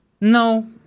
No